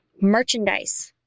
merchandise